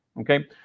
Okay